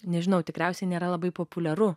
nežinau tikriausiai nėra labai populiaru